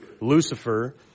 Lucifer